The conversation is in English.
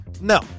No